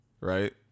right